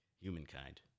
humankind